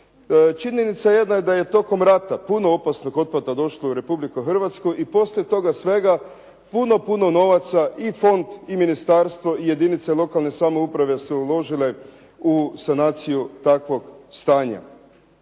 Činjenica je da je tijekom rata puno opasnog otpada došlo u Republiku Hrvatsku i poslije toga svega puno, puno novaca i fond i ministarstvo i jedinice lokalne samouprave su uložile u sanaciju takvog stanja.